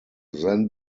then